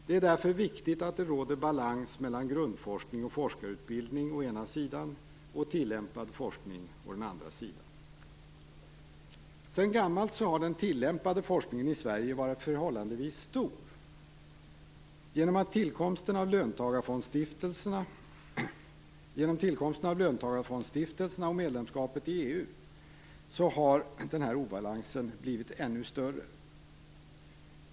Det är därför viktigt att det råder balans mellan grundforskning och forskarutbildning å ena sidan och tillämpad forskning å andra sidan. Sedan gammalt har den tillämpade forskningen i Sverige varit förhållandevis stor. Genom tillkomsten av löntagarfondsstiftelserna och medlemskapet i EU har denna obalans blivit ännu större.